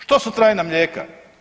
Što su trajna mlijeka?